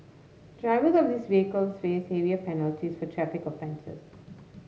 drivers of these vehicles face heavier penalties for traffic offences